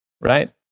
right